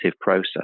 process